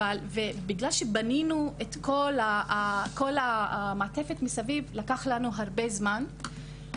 ובגלל שבנינו את כל המעטפת מסביב לקח לנו הרבה זמן.